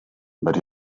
but